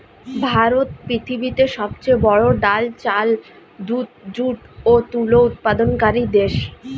ভারত পৃথিবীতে সবচেয়ে বড়ো ডাল, চাল, দুধ, যুট ও তুলো উৎপাদনকারী দেশ